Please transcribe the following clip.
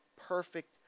perfect